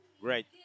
Great